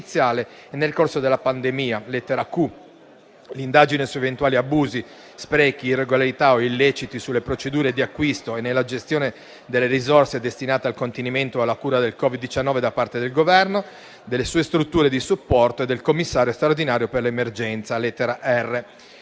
e nel corso della pandemia (lettera *q*); l'indagine su eventuali abusi, sprechi, irregolarità o illeciti sulle procedure di acquisto e la gestione delle risorse destinate al contenimento e alla cura del Covid-19 da parte del Governo, delle sue strutture di supporto e del commissario straordinario per l'emergenza Covid-19